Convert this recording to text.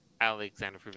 Alexander